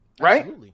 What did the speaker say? Right